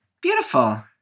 Beautiful